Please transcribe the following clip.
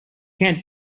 can’t